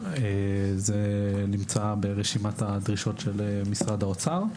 זה נמצא ברשימת הדרישות של משרד האוצר.